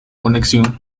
conexión